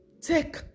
take